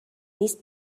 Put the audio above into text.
نیست